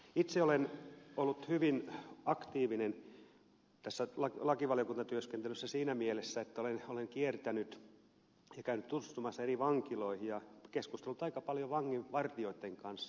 itse olen ollut hyvin aktiivinen lakivaliokuntatyöskentelyssä siinä mielessä että olen kiertänyt ja käynyt tutustumassa eri vankiloihin ja keskustellut aika paljon vanginvartijoitten kanssa